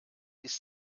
ist